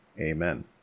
amen